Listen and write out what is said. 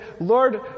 Lord